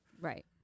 Right